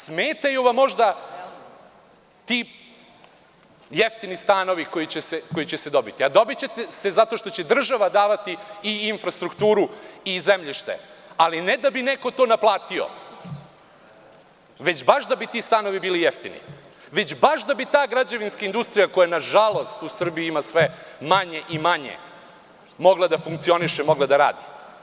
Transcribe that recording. Smetaju vam možda ti jeftini stanovi koji će se dobiti, a dobiće se zato što će država davati i infrastrukturu i zemljište, ali ne da bi neko to naplatio, već baš da bi ti stanovi bili jeftini, već baš da bi ta građevinska industrija, koje nažalost u Srbiji ima sve manje i manje, mogla da funkcioniše, mogla da radi.